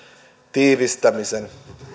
tiivistämisen